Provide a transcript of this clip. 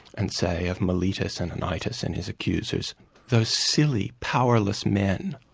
and say of meletus, and and anytus and his accusers those silly, powerless men.